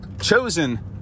chosen